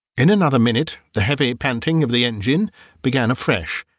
in another minute the heavy panting of the engine began afresh,